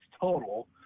total